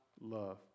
love